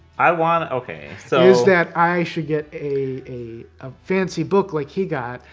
i want. okay, so. is that i should get a ah fancy book, like he got.